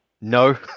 no